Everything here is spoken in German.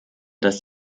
dass